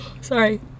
Sorry